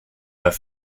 vas